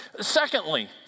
secondly